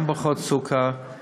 גם פחות סוכר,